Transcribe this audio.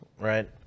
right